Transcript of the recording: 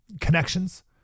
connections